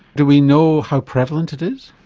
do we know how prevalent it is?